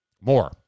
More